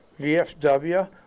VFW